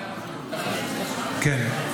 כן,